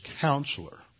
counselor